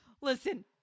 Listen